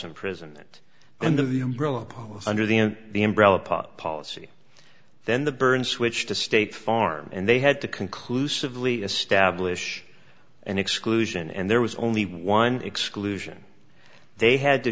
imprisonment and the umbrella under the and the umbrella pot policy then the burn switch to state farm and they had to conclusively establish an exclusion and there was only one exclusion they had to